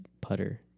putter